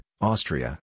Austria